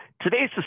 Today's